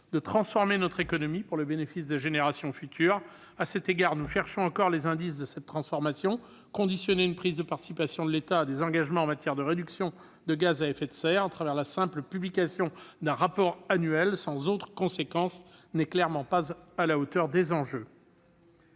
de transformer notre économie pour le bénéfice des générations futures. À cet égard, nous cherchons encore les indices de cette transformation : conditionner une prise de participation de l'État à des engagements en matière de réduction de gaz à effet de serre à travers la simple publication d'un rapport annuel, sans autre conséquence, n'est clairement pas à la hauteur des enjeux